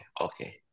okay